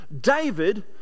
David